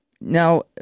Now